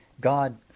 God